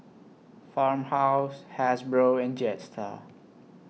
Farmhouse Hasbro and Jetstar